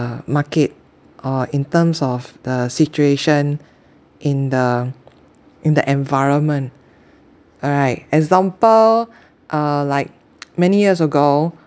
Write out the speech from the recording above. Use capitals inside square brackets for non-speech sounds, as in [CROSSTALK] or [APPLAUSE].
market or in terms of the situation in the [NOISE] in the environment alright example uh like [NOISE] many years ago